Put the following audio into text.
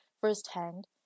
firsthand